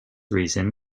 reason